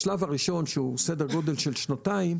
השלב הראשון שהוא בסדר גודל של שנתיים,